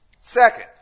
Second